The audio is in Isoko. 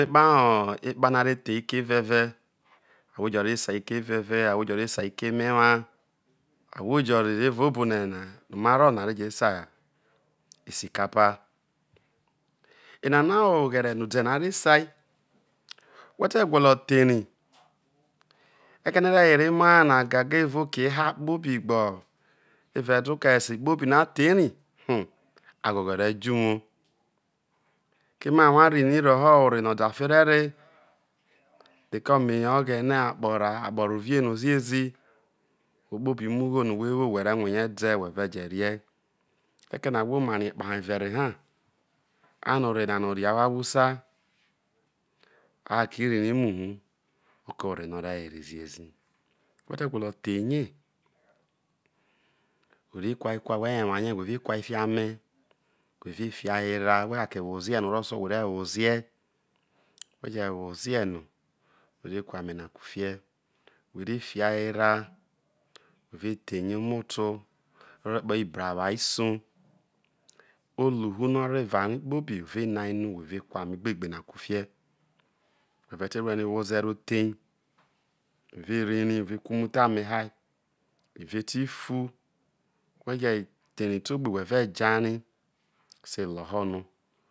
kpuhe ipuno are thei ike vevei ahwo je re ser ikeveve ahwojo re sei ikeme enwa ahwo jo no marro obome na are sei isulapo ena ha oghere ede no a su whe te gwolo thei eke nọo re were emahana gaga evao oke ehaa kpobi gbe evao edoka esekpobino athei ne itumag hoghore jo uwo keme a wane rri rie woho ore no odefe rere reko me yo oghene raha akpo rovi eno ziezi okwo kpobi umu gho kopbi no ugho ne whewo where rve̠ rie̠de̠ whe̠ ue̠ je̠rie o̠ke̠ no̠ ahwo marrie vere he ano ore nana yo ore ahwo hausa are kake rri rie mu hufiki ore no̠ ore̠ were ziezi whe̠ te gwolo theine where kuar kuai where nwarai whe̠ ve̠ fi ame hoa whe̠ ve̠ woa ho̠ erae whe̠ je̠ kake wozai orro̠ o̠sosuo o̠ whe̠ re̠ woae whe̠ je wozie no whe re ku ame na kufie whe e fia ho erae whe ve theirie omoto oro ekpao ibwaha isobi oluho no̠ o̠ro̠ eva rai kpobro ve nai no whe ve̠ ko ame gbegbe na kufie wheve te wurie wozairo the whe ve ku umutho ame hoai i ve tifu whe je thei rau ogbe jo whe ve̠ jai rie so̠ elo̠ho̠ no